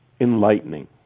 enlightening